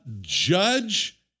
judge